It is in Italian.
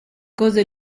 cose